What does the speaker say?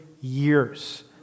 years